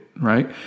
right